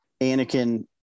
Anakin